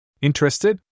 Interested